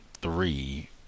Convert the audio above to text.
three